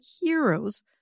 heroes